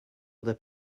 other